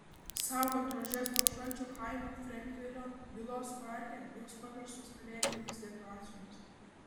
saugant rožes nuo šalčio chaimo frenkelio vilos parke jos paverstos kalėdinėmis dekoracijomis